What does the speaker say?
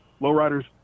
lowriders